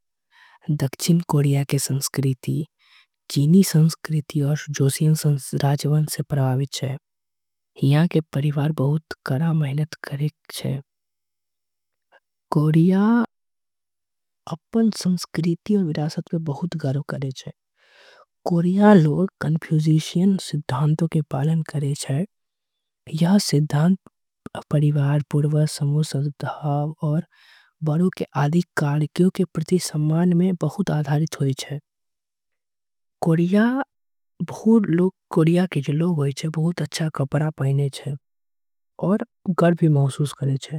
दक्षिण कोरिया के संस्कृति चीनी संस्कृति आऊ रसियन। राज वंश से काफी प्रभावित छीये यहां के लोग। काफी मेहनत करे छे यहां के लोग अपन संस्कृति। आऊ विरासत में गर्व करे छे कोरिया लोग बहुत। अच्छा कपड़ा पहने छे गर्व महसूस करे छे।